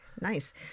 Nice